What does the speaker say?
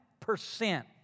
Percent